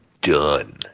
done